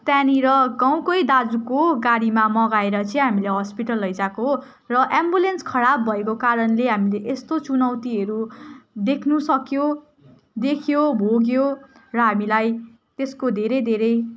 त्यहाँनिर गाउँकै दाजुको गाडीमा मगाएर चाहिँ हामीले हस्पिटल लैजाको र एम्बुलेन्स खराब भएको कारणले हामीले यस्तो चुनौतीहरू देख्नुसक्यो देख्यो भोग्यो र हामीलाई त्यसको धेरै धेरै